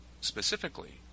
specifically